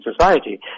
society